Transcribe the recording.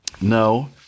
No